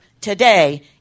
today